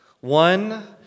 one